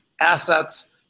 assets